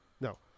No